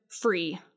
free